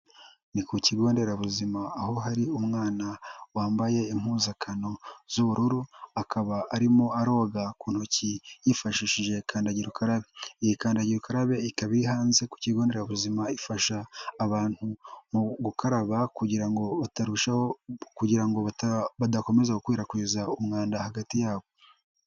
Ni ku kigo nderabuzima, aho hari umwana wambaye impuzankano z'ubururu. Akaba arimo koga ku ntoki yifashishije kandagira ukarabe. Kandagira ukarabe ikaba iri hanze ku kigo nderabuzima. Ifasha abantu mu gukaraba kugira ngo batarushaho kugira badakomeza gukwirakwiza umwanda hagati yabo.